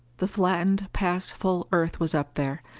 the flattened past full earth was up there.